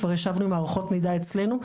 כבר ישבנו עם מערכות מידע אצלנו,